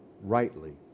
Rightly